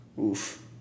oof